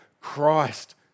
Christ